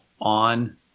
on